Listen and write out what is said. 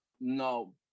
No